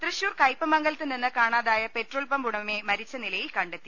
തൃശൂർ കയ്പമംഗലത്ത് നിന്ന് കാണാതായ പെട്രോൾ പമ്പ് ഉടമയെ മരിച്ച നിലയിൽ കണ്ടെത്തി